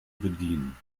bedienen